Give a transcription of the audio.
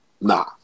Nah